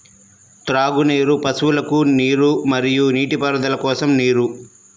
త్రాగునీరు, పశువులకు నీరు మరియు నీటిపారుదల కోసం నీరు